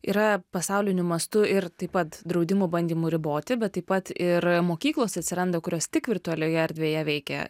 yra pasauliniu mastu ir taip pat draudimų bandymų riboti bet taip pat ir mokyklos atsiranda kurios tik virtualioje erdvėje veikia